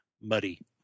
Muddy